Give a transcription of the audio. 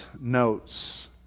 notes